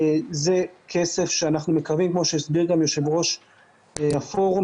זה כסף שאנחנו מקווים כמו שהסביר יושב-ראש הפורום,